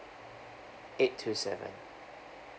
eight two seven